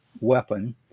weapon